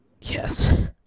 Yes